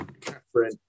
Catherine